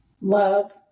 love